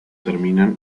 terminar